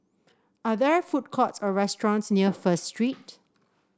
are there food courts or restaurants near First Street